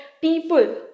people